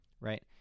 right